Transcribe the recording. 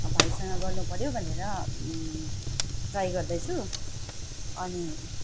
a भाइसँग गर्नु पर्यो भनेर ट्राई गर्दैछु अनि